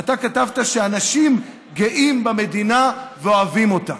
אתה כתבת שאנשים גאים במדינה ואוהבים אותה.